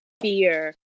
fear